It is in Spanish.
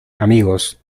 amigos